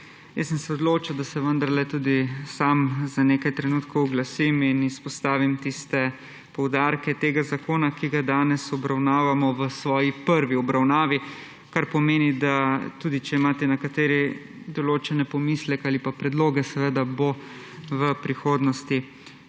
sem se, da se vendarle tudi sam za nekaj trenutkov oglasim in izpostavim tiste poudarke tega zakona, ki ga danes obravnavamo v svoji prvi obravnavi, kar pomeni, da tudi če imate nekateri določene pomisleke ali predloge, bo seveda v prihodnosti